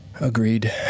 Agreed